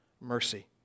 mercy